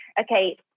okay